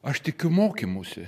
aš tikiu mokymusi